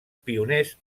pioners